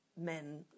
men